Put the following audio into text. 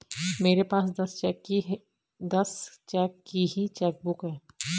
मेरे पास दस चेक की ही चेकबुक है